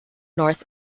north